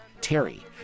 Terry